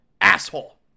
asshole